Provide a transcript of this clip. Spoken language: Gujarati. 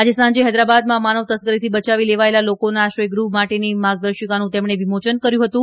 આજે સાંજે હૈદરાબાદમાં માનવ તસ્કરીથી બયાવી લેવાયેલા લોકોના આશ્રય ગૃહ માટેની માર્ગદર્શિકાનું તેમણે વિમોયન કર્યુ હતું